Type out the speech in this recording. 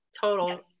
total